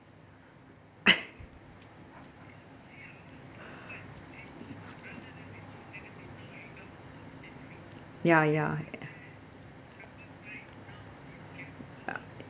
ya ya